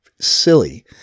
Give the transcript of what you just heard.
silly